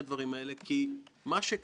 אין דרך אחרת לתאר את זה.